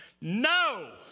no